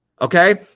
Okay